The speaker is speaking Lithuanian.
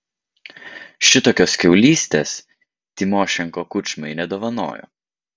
šitokios kiaulystės tymošenko kučmai nedovanojo